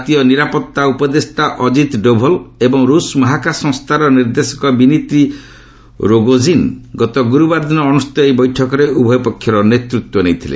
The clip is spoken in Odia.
ଜାତୀୟ ନିରାପତ୍ତା ଉପଦେଷ୍ଟା ଅଜିତ୍ ଡୋଭାଲ୍ ଏବଂ ରୁଷ୍ ମହାକାଶ ସଂସ୍ଥାର ନିର୍ଦ୍ଦେଶ ବିନିତ୍ରି ରୋଗୋଜିନ୍ ଗତ ଗୁରୁବାର ଦିନ ଅନୁଷ୍ଠିତ ଏହି ବୈଠକରେ ଉଭୟ ପକ୍ଷର ନେତୃତ୍ୱ ନେଇଥିଲେ